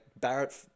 Barrett